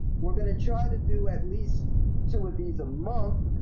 we're going to try to do at least two of these a month,